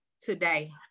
today